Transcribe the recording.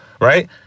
right